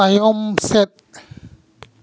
ᱛᱟᱭᱚᱢ ᱥᱮᱫᱽ